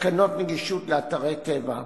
תקנות נגישות לאתרי טבע,